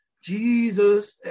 Jesus